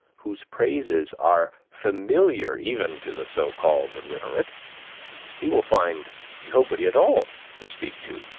whose praises are familiar even to the so-called illiterate he will find nobody at all to speak to,